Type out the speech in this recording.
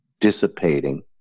dissipating